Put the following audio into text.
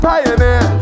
Pioneer